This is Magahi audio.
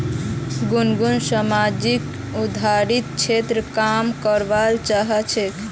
गुनगुन सामाजिक उद्यमितार क्षेत्रत काम करवा चाह छेक